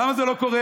למה זה לא קורה?